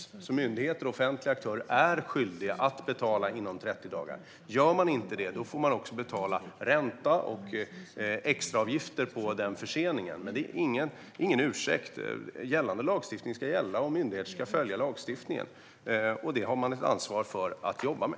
Myndigheter och offentliga aktörer är alltså skyldiga att betala inom 30 dagar. Om man inte gör det får man också betala ränta och extra avgifter för förseningen. Men det är ingen ursäkt. Gällande lagstiftning ska gälla, och myndigheter ska följa lagstiftningen. Det har man ett ansvar för att jobba med.